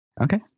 okay